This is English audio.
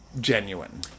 genuine